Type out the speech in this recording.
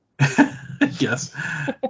yes